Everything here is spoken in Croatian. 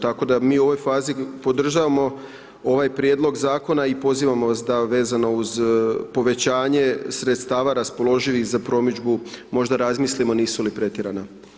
Tako da mi u ovoj fazi podržavamo ovaj prijedlog zakona i pozivamo vas da vezano uz povećanje sredstava raspoloživih za promidžbu možda razmislimo nisu li pretjerana.